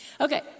Okay